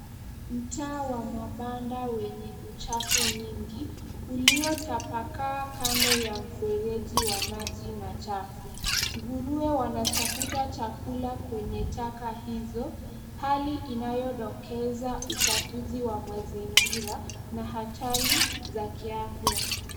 Mtaa wa mabanda wenye uchafu nyingi uliotapakaa kando ya mfereji wa maji machafu. Nguruwe wanatafuta chakula kwenye taka hizo , hali inayodokeza uchafuzi wa mazingira na hatari za kiafya.